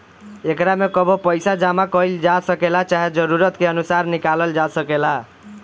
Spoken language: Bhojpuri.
एकरा में कबो पइसा जामा कईल जा सकेला, चाहे जरूरत के अनुसार निकलाल जा सकेला